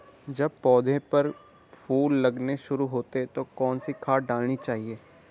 जब पौधें पर फूल लगने शुरू होते हैं तो कौन सी खाद डालनी चाहिए?